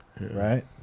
right